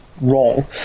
wrong